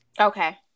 Okay